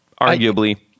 Arguably